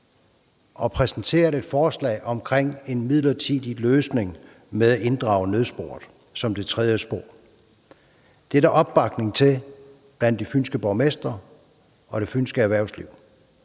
og præsenteret et forslag til en midlertidig løsning med inddragelse af nødsporet som det tredje spor. Det er der opbakning til blandt de fynske borgmestre og det fynske erhvervsliv.